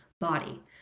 body